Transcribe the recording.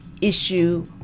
issue